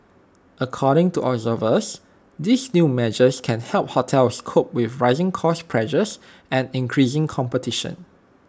according to observers these new measures can help hotels cope with rising cost pressures and increasing competition